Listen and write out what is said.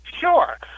Sure